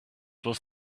was